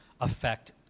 affect